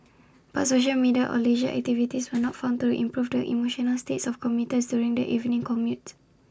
but social media or leisure activities were not found to improve the emotional states of commuters during the evening commute